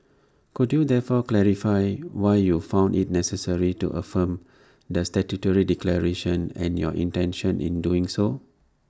could you therefore clarify why you found IT necessary to affirm the statutory declaration and your intentions in doing so